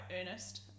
earnest